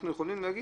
לא נתווכח.